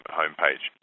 homepage